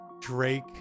Drake